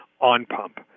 on-pump